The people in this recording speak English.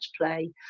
play